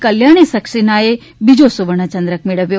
કલ્યાણી સકસેનાએ બીજો સવર્ણ ચંદ્રક મેળવ્યો